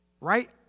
right